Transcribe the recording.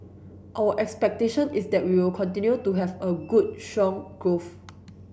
our expectation is that we'll continue to have good strong growth